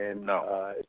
No